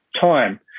time